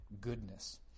goodness